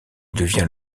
devient